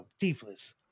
teethless